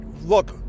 look